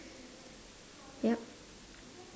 yup